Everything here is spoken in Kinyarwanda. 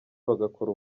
bagakora